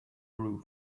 roof